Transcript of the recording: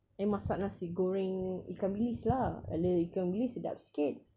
I masak nasi goreng ikan bilis lah ada ikan bilis sedap sikit